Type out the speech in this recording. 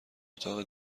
اتاق